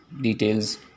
details